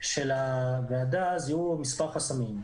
של הוועדה זיהו מספר חסמים.